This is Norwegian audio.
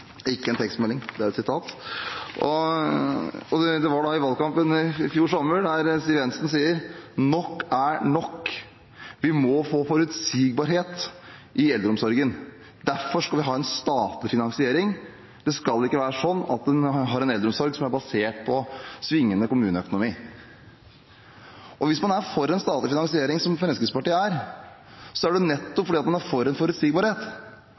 ikke en tekstmelding – det er et sitat. Det er fra valgkampen i fjor sommer, der Siv Jensen sier: Nok er nok. Vi må få forutsigbarhet i eldreomsorgen. Derfor skal vi ha en statlig finansiering. Det skal ikke være sånn at en har en eldreomsorg som er basert på svingende kommuneøkonomi. Hvis man er for en statlig finansiering, som Fremskrittspartiet er, er det nettopp fordi man er for forutsigbarhet.